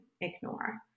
ignore